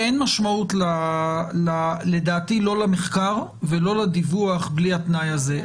כי אין משמעות לדעתי לא למחקר ולא לדיווח בלי התנאי הזה.